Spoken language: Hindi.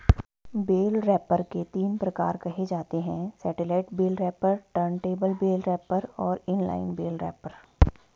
बेल रैपर के तीन प्रकार कहे जाते हैं satellite bale wrapper, turntable bale wrapper और इन लाइन बेल रैपर